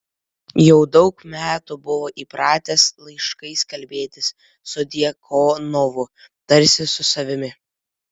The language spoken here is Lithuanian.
jau daug metų buvo įpratęs laiškais kalbėtis su djakonovu tarsi su savimi